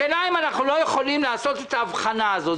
השאלה אם אנחנו לא יכולים לעשות את ההבחנה הזאת.